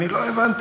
אני לא הבנתי,